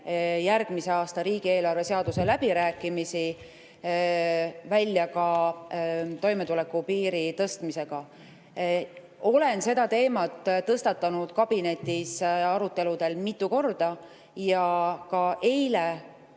järgmise aasta riigieelarve seaduse läbirääkimisi välja ka toimetulekupiiri tõstmisega. Olen seda teemat tõstatanud kabinetis aruteludel mitu korda. Ja ka eile